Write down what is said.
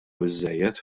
biżżejjed